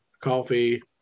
coffee